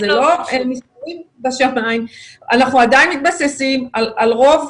אנחנו עדיין מתבססים על רוב,